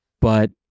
But-